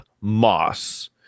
Moss